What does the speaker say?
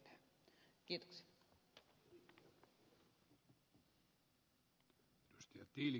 keskustelun nopeatahtinen osuus päättyi